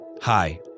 Hi